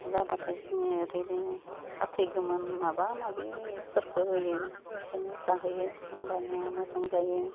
जाबाथाय जोङो ओरैनो फाथै गोमोन माबा माबि इफोरखौ होयो बिसोरनो जाहोयो होमबानिया मोजां जायो